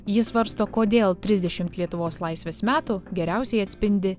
ji svarsto kodėl trisdešimt lietuvos laisvės metų geriausiai atspindi